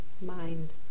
mind